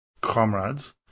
comrades